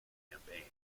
campaign